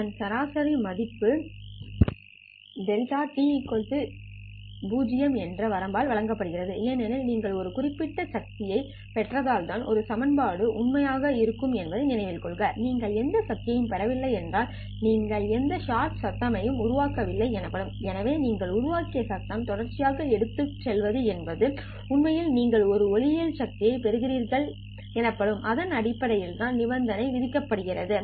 அதன் சராசரி மதிப்பு லிமிட் δ t0 என்ற வரம்பால் வழங்கப்படுகிறது ஏனெனில் நீங்கள் ஒரு குறிப்பிட்ட சக்தியைப் பெற்றால்தான் இந்த சமன்பாடு உண்மையாக இருக்கும் என்பதை நினைவில் கொள்க நீங்கள் எந்த சக்தி யையும் பெறவில்லை என்றால் நீங்கள் எந்த ஷாட் சத்தம்யும் உருவாக்கவில்லை எனப்படும் எனவே நீங்கள் உருவாக்கிய சத்தம் தொடர்ச்சியான எடுத்து செல்வது என்பது உண்மையில் நீங்கள் ஒரு ஒளியியல் சக்தி யைப் பெற்றுள்ளீர்கள் எனப்படும் அதன் அடிப்படையில் தான் நிபந்தனை விதிக்கப்படுகிறது